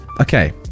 okay